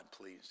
please